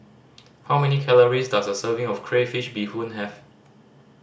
how many calories does a serving of crayfish beehoon have